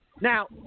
Now